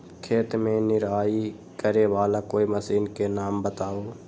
खेत मे निराई करे वाला कोई मशीन के नाम बताऊ?